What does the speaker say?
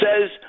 says